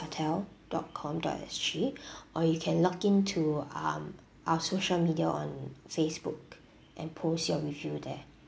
~otel dot com dot S G or you can login to um our social media on Facebook and post your review there